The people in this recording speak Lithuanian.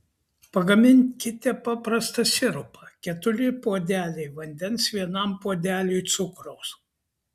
pagaminkite paprastą sirupą keturi puodeliai vandens vienam puodeliui cukraus